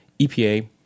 EPA